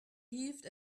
heaved